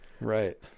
Right